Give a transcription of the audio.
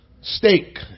steak